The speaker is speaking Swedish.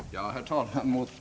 Herr talman!